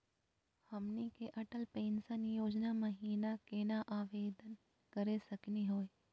हमनी के अटल पेंसन योजना महिना केना आवेदन करे सकनी हो?